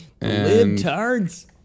Libtards